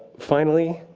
finally,